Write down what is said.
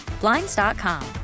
Blinds.com